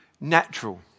natural